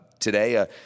today